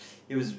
it was